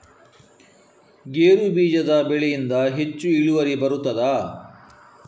ಗೇರು ಬೀಜದ ಬೆಳೆಯಿಂದ ಹೆಚ್ಚು ಇಳುವರಿ ಬರುತ್ತದಾ?